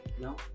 No